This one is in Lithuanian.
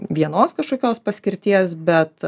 vienos kažkokios paskirties bet